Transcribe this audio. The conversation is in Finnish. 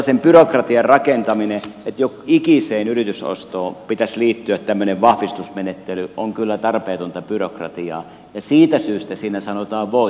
sellaisen byrokratian rakentaminen että jokikiseen yritysostoon pitäisi liittyä tämmöinen vahvistusmenettely on kyllä tarpeetonta byrokratiaa ja siitä syystä siinä sanotaan voi